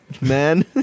man